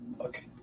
Okay